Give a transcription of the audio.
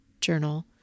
journal